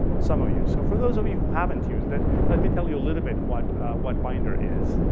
some of you. so for those of you who haven't used it, let me tell you a little bit what what binder is.